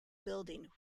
building